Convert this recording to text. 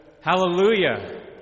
hallelujah